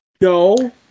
no